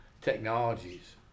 technologies